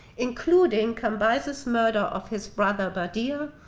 including cambyses's murder of his brother bardiya,